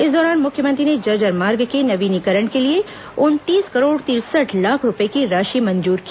इस दौरान मुख्यमंत्री ने जर्जर मार्ग के नवीनीकरण के लिए उनतीस करोड़ तिरसठ लाख रूपए की राशि मंजूर की